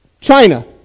China